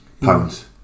Pounds